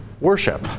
worship